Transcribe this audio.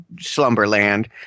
slumberland